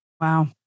Wow